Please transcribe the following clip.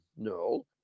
No